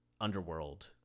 Underworld